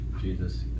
Jesus